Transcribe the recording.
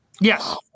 yes